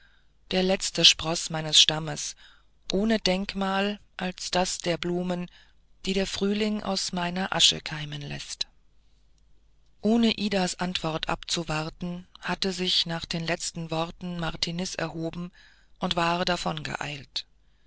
der letzte sprosse meines stammes ohne denkmal als das der blumen die der frühling aus meiner asche keimen läßt ohne idas antwort abzuwarten hatte sich nach den letzten worten martiniz erhoben und war davon geeilt